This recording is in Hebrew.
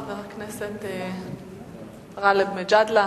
חבר הכנסת גאלב מג'אדלה.